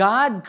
God